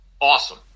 Awesome